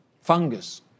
fungus